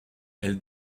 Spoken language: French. elles